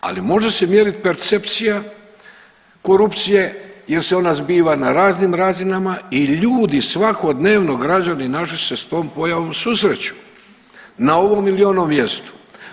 Ali može se mjeriti percepcija korupcije jer se ona zbiva na raznim razinama i ljudi svakodnevno, građani naši se s tom pojavom susreću, na ovom ili onom mjestu.